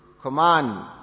Command